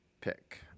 pick